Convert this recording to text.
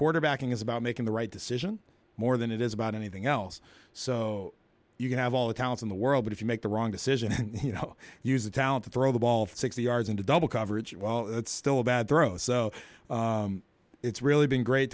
quarterbacking is about making the right decision more than it is about anything else so you can have all the talent in the world but if you make the wrong decision you know use the talent to throw the ball sixty yards into double coverage well that's still a bad throw so it's really been great